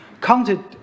counted